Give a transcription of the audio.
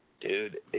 dude